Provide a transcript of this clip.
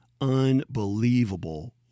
unbelievable